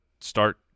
start